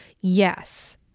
Yes